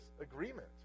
agreement